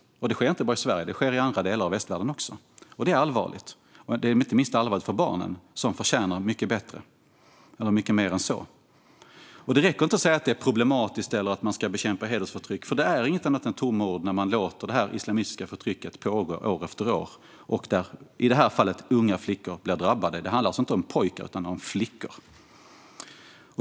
Det sker inte bara i Sverige. Det sker också i andra delar av västvärlden. Det är allvarligt. Det är inte minst allvarligt för barnen som förtjänar mycket mer än så. Det räcker inte att säga att det är problematiskt eller att man ska bekämpa hedersförtryck. Det är inget annat än tomma ord när man låter det islamistiska förtrycket pågå år efter år. I det här fallet blir unga flickor drabbade. Det handlar alltså inte om pojkar utan om flickor.